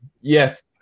Yes